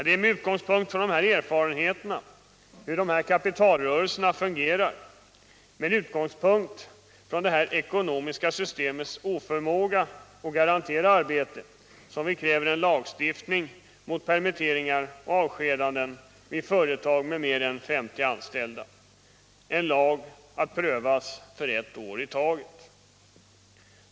Det är med utgångspunkt i de här erfarenheterna av hur dessa kapitalrörelser fungerar, med utgångspunkt i det här ekonomiska systemets oförmåga att garantera arbete som vi kräver en lagstiftning mot permitteringar och avskedanden vid företag med mer än 50 anställda, en lag att prövas för ett år i taget.